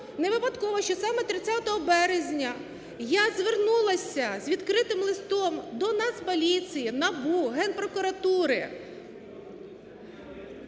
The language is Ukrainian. невипадково, що саме 30 березня я звернулася з відкритим листом до Нацполіції, НАБУ, Генпрокуратури,